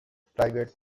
private